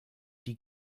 die